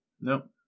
Nope